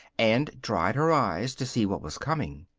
and dried her eyes to see what was coming.